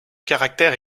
caractère